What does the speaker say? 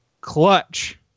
clutch